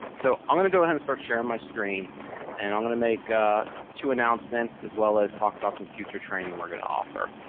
so, i'm going to go ahead and start sharing my screen and i'm going to make ah two announcements, as well as talk about some future training we're going to offer.